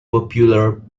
popular